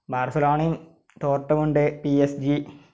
ബാര്സലോണയും ടോര്ട്ടുമുണ്ട് P S G